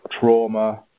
trauma